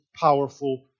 powerful